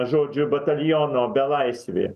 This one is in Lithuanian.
žodžiu bataliono belaisvį